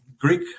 Greek